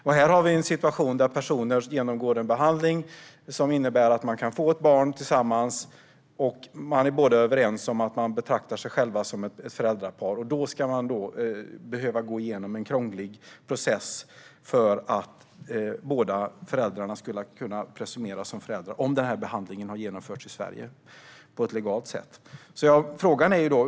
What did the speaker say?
Men i en situation där personer genomgår en behandling som innebär att de kan få ett barn tillsammans behöver de, trots att de båda är överens och betraktar sig som föräldrar, gå igenom en krånglig process för att båda ska kunna presumeras vara föräldrar, om behandlingen har genomförts legalt i Sverige.